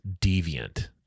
deviant